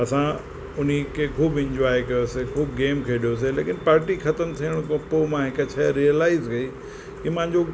असां उन्ही खे ख़ूब इंजॉय कयोसीं ख़ूब गेम खेॾियोसीं लेकिन पार्टी ख़तमु थियण खां पोइ मां हिकु शइ रिअलाइज़ कयी कि मुंहिंजो